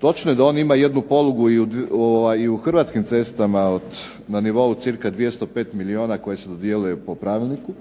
Točno je da on ima jednu polugu i u Hrvatskim cestama na nivou cirka 205 milijuna koje se dodjeljuje po pravilniku.